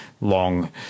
long